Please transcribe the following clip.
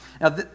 Now